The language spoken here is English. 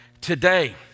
today